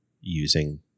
using